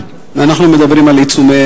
אנחנו מדברים על עיצומי